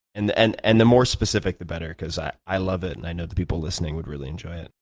and the and and the more specific the better because i i love it and i know the people listening would really enjoy it.